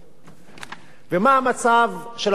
ומה המצב של התחבורה הציבורית